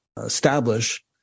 establish